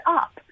up